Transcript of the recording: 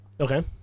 okay